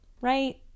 Right